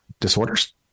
disorders